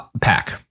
pack